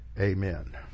amen